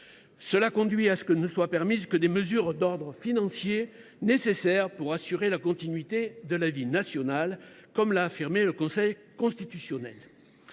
Cela conduit à ce que ne soient permises que des mesures d’ordre financier « nécessaires pour assurer la continuité de la vie nationale », comme l’a affirmé le Conseil constitutionnel.